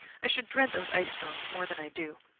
i should dread those ice storms more than i do.